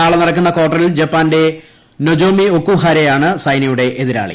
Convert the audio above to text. നാളെ നടക്കുന്ന കാർട്ടറിൽ ജപ്പാന്റെ നൊജോമി ഒക്കുഹാര യാണ് സൈനയുടെ എതിരാളി